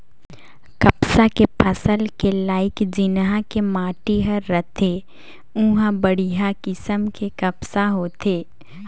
कपसा के फसल के लाइक जिन्हा के माटी हर रथे उंहा बड़िहा किसम के कपसा होथे